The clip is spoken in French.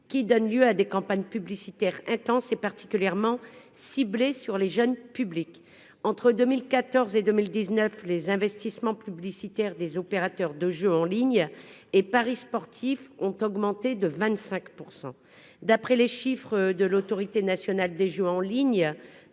qui donnent lieu à des campagnes publicitaires intenses et particulièrement ciblées sur les jeunes publics. Entre 2014 et 2019, les investissements publicitaires des opérateurs de jeux en ligne et paris sportifs ont augmenté de 25 %. D'après les chiffres de l'Autorité nationale des jeux,